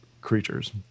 creatures